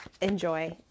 enjoy